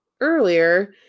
earlier